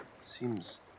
Seems